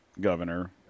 governor